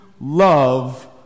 love